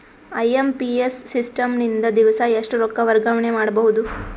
IMPS system ನಿಂದ ದಿವಸಾ ಎಷ್ಟ ರೊಕ್ಕ ವರ್ಗಾವಣೆ ಮಾಡಬಹುದು?